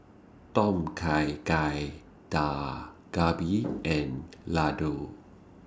Tom Kha Gai Dak Galbi and Ladoo